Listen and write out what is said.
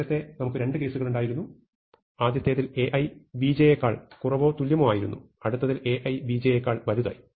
നേരത്തെ നമുക്ക് രണ്ട് കേസുകളുണ്ടായിരുന്നു ആദ്യത്തേതിൽ Ai Bj നേക്കാൾ കുറവോ തുല്യമോ ആയിരുന്നു അടുത്തതിൽ Ai Bj യെക്കാൾ വലുതായി